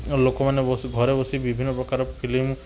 ଲୋକମାନେ ଘରେ ବସି ବିଭିନ୍ନ ପ୍ରକାର ଫିଲ୍ମ